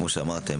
כמו שאמרתם,